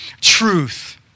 truth